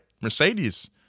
Mercedes